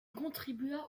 contribua